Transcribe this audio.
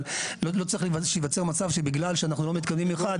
אבל לא צריך שייווצר מצב שבגלל שאנחנו לא מקדמים אחד.